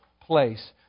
place